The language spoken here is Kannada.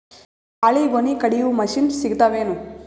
ಬಾಳಿಗೊನಿ ಕಡಿಯು ಮಷಿನ್ ಸಿಗತವೇನು?